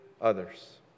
others